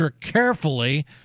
carefully